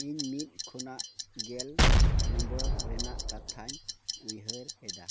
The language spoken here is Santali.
ᱤᱧ ᱢᱤᱫ ᱠᱷᱚᱱᱟᱜ ᱜᱮᱞ ᱱᱚᱢᱵᱚᱨ ᱨᱮᱱᱟᱜ ᱠᱟᱛᱷᱟᱧ ᱩᱭᱦᱟᱹᱨ ᱮᱫᱟ